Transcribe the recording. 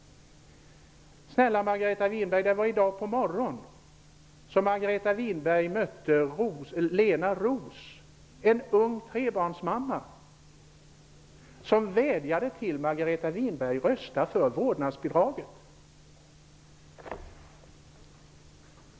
Men snälla Margareta Winberg, det var i dag på morgonen som Margareta Winberg mötte Lena Roos -- en ung trebarnsmamma. Hon vädjade till Margareta Winberg att rösta för vårdnadsbidraget.